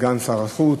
סגן שר החוץ,